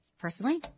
personally